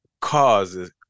causes